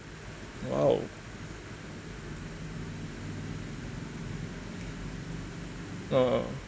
!wow! err